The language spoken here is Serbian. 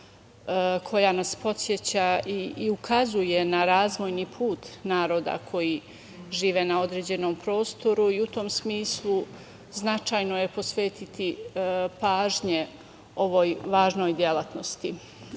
koja nas podseća i ukazuje na razvojni put naroda koji žive na određenom prostoru i u tom smislu značajno je posvetiti pažnju ovoj važnoj delatnosti. Vidimo